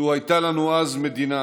"לו הייתה לנו אז מדינה,